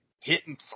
hitting